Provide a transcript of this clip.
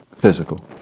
physical